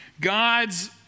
God's